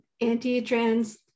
anti-trans